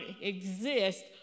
exist